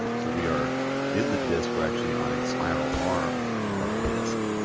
so we are in the disk. we're actually on a spiral arm of the disk